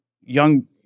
young